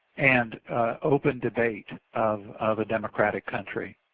and open debate of of a democratic country.